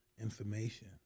information